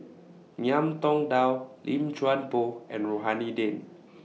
Ngiam Tong Dow Lim Chuan Poh and Rohani Din